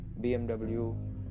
BMW